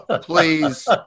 please